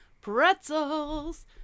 Pretzels